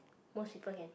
most people can take